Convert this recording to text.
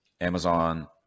Amazon